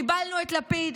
קיבלנו את לפיד,